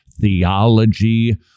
theology